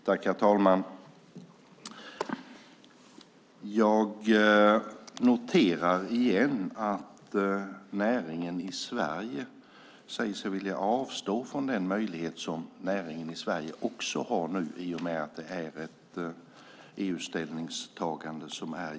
Herr talman! Jag noterar igen att näringen i Sverige säger sig vilja avstå från den möjlighet som näringen i Sverige också har nu i och med att det här är ett EU-ställningstagande.